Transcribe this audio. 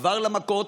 עבר למכות,